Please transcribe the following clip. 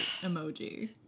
emoji